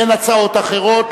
אין הצעות אחרות,